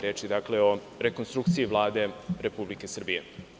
Reč je o rekonstrukciji Vlade Republike Srbije.